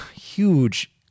huge